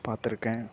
பார்த்துருக்கேன்